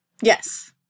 Yes